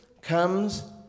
comes